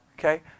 Okay